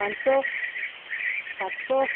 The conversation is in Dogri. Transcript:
पंज्ज सौ सत्त सौ